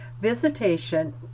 Visitation